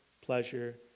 pleasure